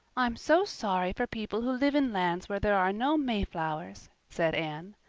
i'm so sorry for people who live in lands where there are no mayflowers, said anne.